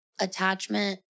attachment